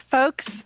Folks